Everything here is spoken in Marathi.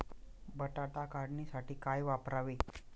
बटाटा काढणीसाठी काय वापरावे?